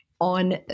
on